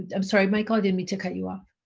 i'm sorry michael i didn't mean to cut you off.